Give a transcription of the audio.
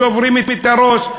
שוברים את הראש,